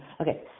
Okay